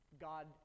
God